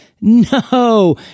No